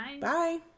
Bye